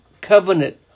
covenant